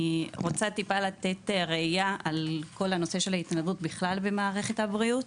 אני רוצה טיפה לתת ראיה על כל הנושא של ההתנדבות בכלל במערכת הבריאות.